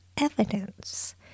evidence